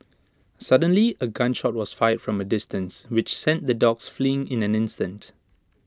suddenly A gun shot was fired from A distance which sent the dogs fleeing in an instant